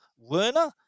Werner